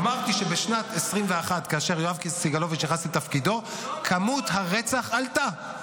אמרתי: שכשיואב סגלוביץ' מונה לסגן שר המצב החמיר.